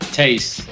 taste